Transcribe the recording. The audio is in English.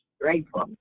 Grateful